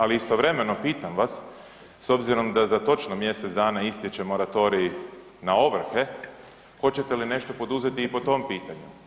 Ali istovremeno pitam vas s obzirom da za točno mjesec dana istječe moratorij na ovrhe, hoćete li nešto poduzeti i po tom pitanju?